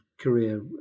career